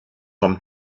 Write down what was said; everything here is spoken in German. vom